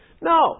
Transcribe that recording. No